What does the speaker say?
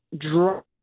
drop